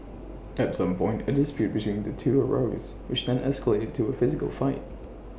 at some point A dispute between the two arose which then escalated into A physical fight